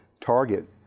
Target